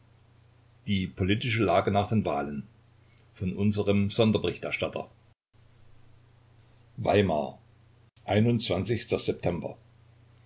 die politische lage nach den wahlen von unserem sonderberichterstatter weimar